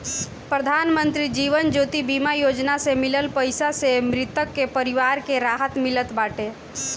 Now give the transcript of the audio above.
प्रधानमंत्री जीवन ज्योति बीमा योजना से मिलल पईसा से मृतक के परिवार के राहत मिलत बाटे